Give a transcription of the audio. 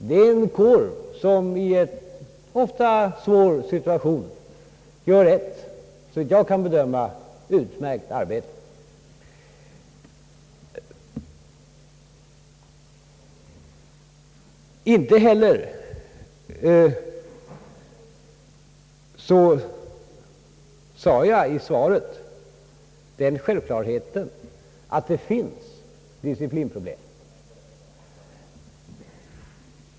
Det är en kår som i en ofta svår situation utför ett såvitt jag kan bedöma utmärkt arbete. Inte heller uttalade jag i svaret den självklarheten att det finns disciplinproblem.